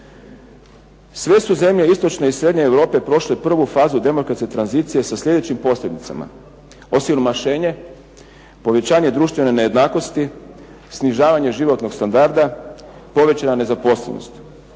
Sve su zemlje istočne i srednje Europe prošle prvu fazu demokratske tranzicije sa sljedećim posljedicama: osiromašenje, povećanje društvene nejednakosti, snižavanje životnog standarda, povećana nezaposlenost.